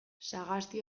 sagasti